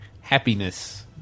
happiness